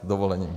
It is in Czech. S dovolením.